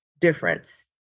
difference